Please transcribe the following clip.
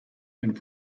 and